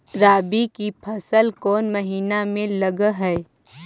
रबी की फसल कोन महिना में लग है?